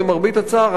למרבה הצער,